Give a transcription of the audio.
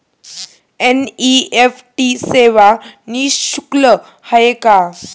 NEFT सेवा निःशुल्क आहे का?